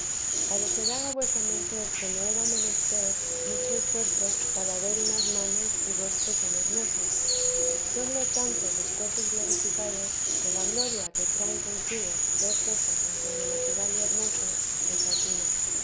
parecerá a vuesa merced que no era menester mucho esfuerzo para ver unas manos y rostro tan hermo sonlo tanto los cuerpos glorificados que la gloria que traen consigo ver cosa tan sobrenatural y hermosa desatina